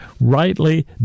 rightly